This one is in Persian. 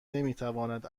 نمیتواند